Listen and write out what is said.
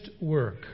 work